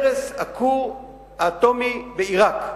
הרס הכור האטומי בעירק,